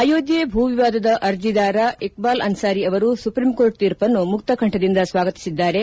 ಅಯೋಧ್ಯೆ ಭೂವಿವಾದದ ಅರ್ಜಿದಾರ ಇಕ್ಸಾಲ್ ಅನ್ಸಾರಿ ಅವರು ಸುಪ್ರಿಂಕೋರ್ಟ್ ತೀರ್ಪನ್ನು ಮುಕ್ತಕಂಠದಿಂದ ಸ್ವಾಗತಿಸಿದ್ದಾರೆ